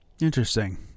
Interesting